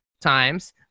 times